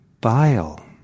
bile